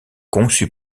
conçu